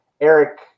Eric